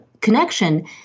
connection